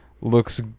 looks